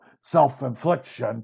self-infliction